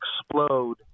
explode